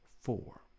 four